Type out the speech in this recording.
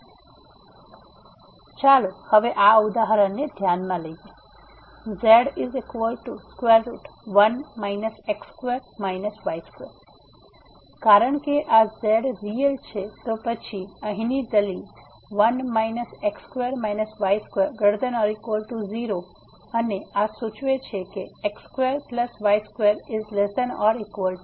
તેથી ચાલો હવે આ ઉદાહરણને ધ્યાનમાં લઈએ z1 x2 y2 તેથી કારણ કે આ z રીયલ છે તો પછી અહીંની દલીલ ≥0 અને આ સૂચવે છે કે x2y2≤1